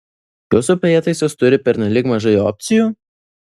jūsų prietaisas turi pernelyg mažai opcijų